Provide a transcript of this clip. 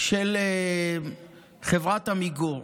של חברת עמיגור.